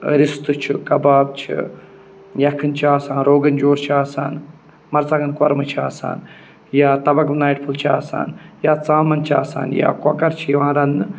رِستہٕ چھِ کَباب چھِ یَکھٕنۍ چھِ آسان روغَن جوش چھِ آسان مَرژانٛگَن کۄرمہٕ چھِ آسان یا تَبَکھ ناٹہِ پھوٚل چھِ آسان یا ژامَن چھِ آسان یا کۄکَر چھِ یِوان رَنٛنہٕ